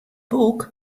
boek